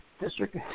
district